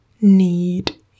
need